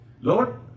Lord